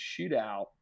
shootout